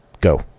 go